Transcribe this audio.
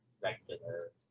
Regular